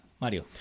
Mario